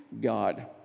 God